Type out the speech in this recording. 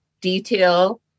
detail